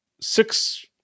six